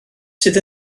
sydd